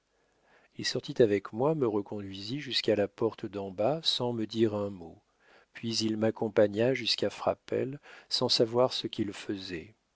il sortit avec moi me reconduisit jusqu'à la porte d'en bas sans me dire un mot puis il m'accompagna jusqu'à frapesle sans savoir ce qu'il faisait